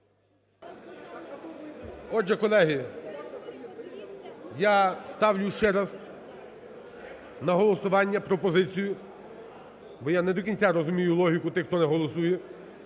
Отже, колеги, я ставлю ще раз на голосування пропозицію, бо я не до кінця розумію логіку тих, хто не голосує,